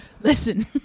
Listen